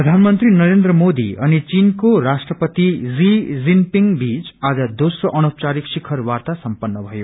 प्रधानमन्त्री नरेन्द्र मोदी अनि चिनको राष्ट्रपति जी जिंगपिंग बीच आज दोम्रो अनौपचारिक शिखर वार्ता सम्पन्न भयो